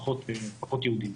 פחות יהודים,